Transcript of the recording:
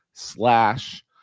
slash